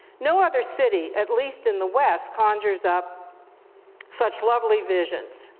no other city, at least in the west, conjures up such lovely visions,